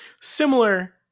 similar